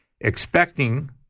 expecting